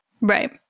Right